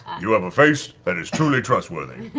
you have a face that is truly trustworthy.